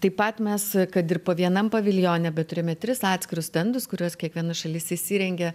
taip pat mes kad ir po vienam paviljone bet turėjome tris atskirus stendus kuriuos kiekviena šalis įsirengė